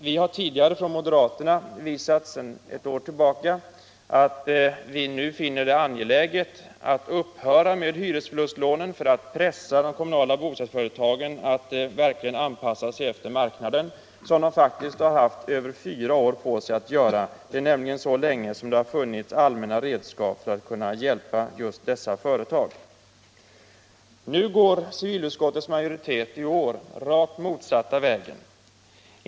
Vi moderater har sedan ett år tillbaka visat att vi nu finner det angeläget att upphöra med hyresförlustlånen för att pressa de kommunala bostadsföretagen att verkligen anpassa sig efter marknaden, vilket de faktiskt har haft över fyra år på sig att göra. Så länge har det nämligen funnits allmänna redskap för att hjälpa dessa företag. Nu går civilutskottets majoritet den rakt motsatta vägen.